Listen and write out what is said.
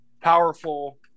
powerful